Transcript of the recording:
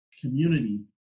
community